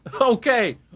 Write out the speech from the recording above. Okay